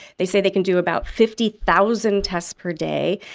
they say they can do about fifty thousand tests per day.